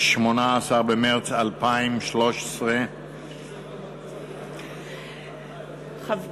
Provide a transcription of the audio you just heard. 18 במרס 2013. חברי